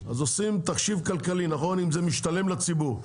אז עושים תחשיב כלכלי כדי לראות אם זה משתלם לציבור,